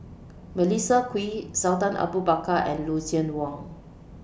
Melissa Kwee Sultan Abu Bakar and Lucien Wang